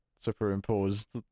superimposed